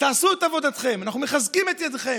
תעשו את עבודתכם, אנחנו מחזקים את ידיכם,